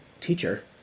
teacher